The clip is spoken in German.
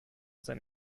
seine